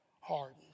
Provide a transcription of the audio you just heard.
hardened